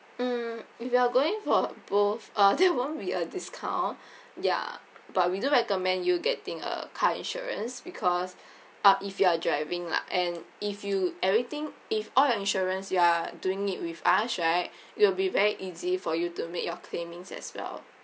hmm if you are going for both uh there won't be a discount ya but we do recommend you getting a car insurance because uh if you are driving lah and if you everything if all your insurance you are doing it with us right it will be very easy for you to make your claiming as well